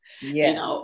Yes